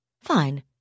Fine